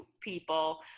people